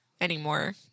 anymore